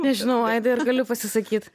nežinau aidai ar galiu pasisakyt